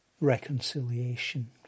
reconciliation